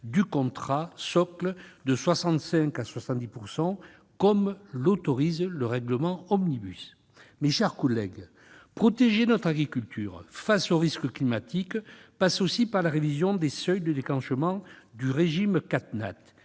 du contrat socle, comme l'autorise le règlement dit « Omnibus ». Mes chers collègues, protéger notre agriculture face aux risques climatiques passe aussi par la révision des seuils de déclenchement du régime «